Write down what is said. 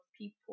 people